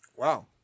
Wow